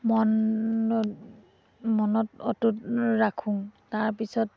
মনত মনত অটুট ৰাখোঁ তাৰ পিছত